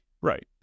Right